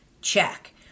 check